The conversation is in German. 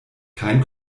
kein